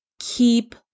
Keep